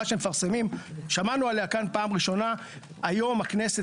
שהם מפרסמים ששמענו עליה כאן פעם ראשונה היום בכנסת,